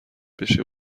بشه